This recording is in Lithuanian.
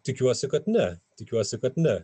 tikiuosi kad ne tikiuosi kad ne